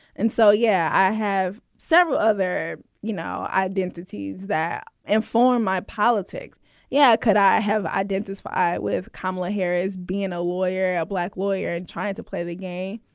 and so, yeah, i have several other, you know, identities that inform my politics yeah. could i have identified with kamala harris as being a lawyer, a black lawyer and trying to play the game?